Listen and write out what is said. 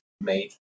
made